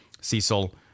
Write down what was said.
Cecil